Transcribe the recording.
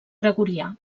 gregorià